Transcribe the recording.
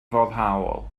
foddhaol